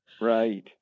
Right